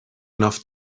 enough